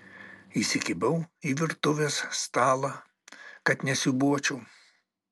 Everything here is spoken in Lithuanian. įsikibau į virtuvės stalą kad nesiūbuočiau